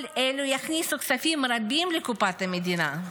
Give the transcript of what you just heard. כל אלה יכניסו כספים רבים לקופת המדינה.